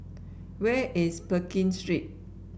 where is Pekin Street